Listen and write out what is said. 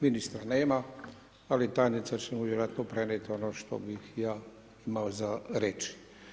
Ministra nema ali tajnica će mu vjerojatno prenijeti ono što bih ja imao za reći.